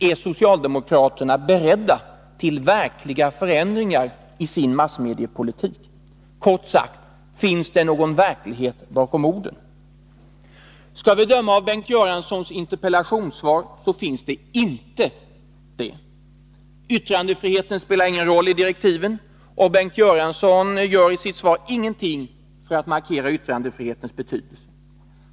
Är socialdemokraterna beredda till verkliga förändringar i sin massmediepolitik? Kort sagt, finns det någon verklighet bakom orden? Av Bengt Göranssons interpellationssvar att döma finns det inte det. Yttrandefriheten spelar ingen roll i direktiven, och Bengt Göransson gör i sitt svar ingenting för att markera yttrandefrihetens betydelse.